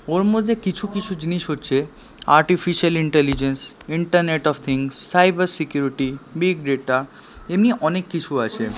ওর মধ্যে কিছু কিছু জিনিস হচ্ছে artificial intelligence internet of things cyber security big data এমনি অনেক কিছু আছে